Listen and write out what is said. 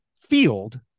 field